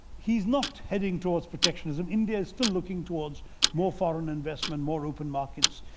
he's not heading towards protectionism. india is still looking towards more foreign investment. more open markets.